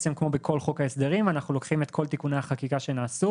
כמו בכל חוק ההסדרים אנחנו לוקחים את כל תיקוני החקיקה שנעשו